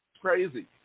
crazy